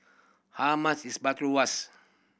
how much is